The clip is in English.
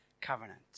covenant